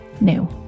new